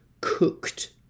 cooked